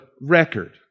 record